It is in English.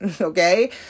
okay